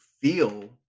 feel